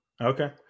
Okay